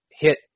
hit